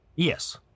Yes